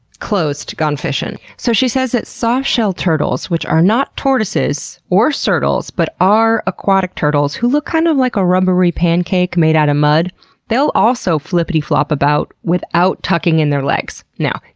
closed. gone fishin'. so she says that soft-shell turtles which are not tortoises or surtles, but are aquatic turtles who look kind of like a rubbery pancake made out of mud they'll also flippity-flop about without tucking in their legs. now,